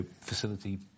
facility